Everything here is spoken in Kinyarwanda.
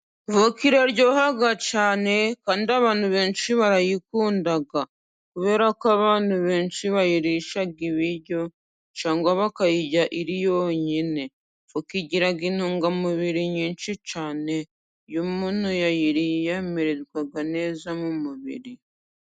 Voka iraryoha cyane kandi abantu benshi barayikunda, kubera ko abantu benshi bayirisha ibiryo cangwa bakayirya iri yonyine, voka igira intungamubiri nyinshi cyane, iyo umuntu yayiriye amererwa neza mu mubiri.